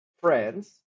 friends